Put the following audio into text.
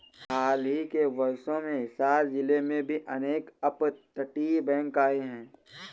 हाल ही के वर्षों में हिसार जिले में भी अनेक अपतटीय बैंक आए हैं